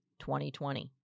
2020